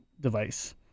device